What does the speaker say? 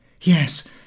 Yes